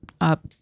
up